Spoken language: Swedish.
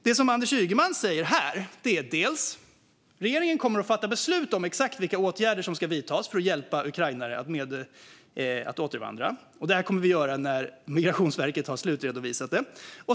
Det som Anders Ygeman säger här är att regeringen kommer att fatta beslut om exakt vilka åtgärder som ska vidtas för att hjälpa ukrainare att återvandra, och det kommer att göras när Migrationsverket har slutredovisat det.